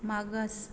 मागास